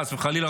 חס וחלילה,